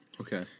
Okay